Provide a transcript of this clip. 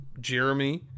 Jeremy